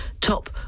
top